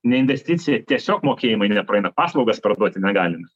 ne investicija tiesiog mokėjimai nepraeina paslaugas parduoti negalime